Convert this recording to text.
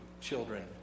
children